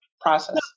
process